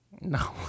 No